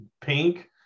pink